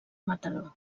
mataró